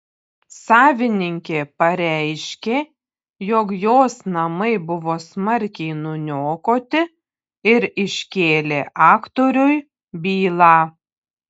savininkė pareiškė jog jos namai buvo smarkiai nuniokoti ir iškėlė aktoriui bylą